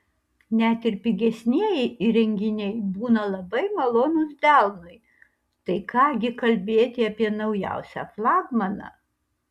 net ir pigesnieji įrenginiai būna labai malonūs delnui tai ką gi kalbėti apie naujausią flagmaną